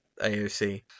AOC